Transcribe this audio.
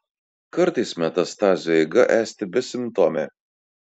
kartais metastazių eiga esti besimptomė